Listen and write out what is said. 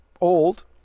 old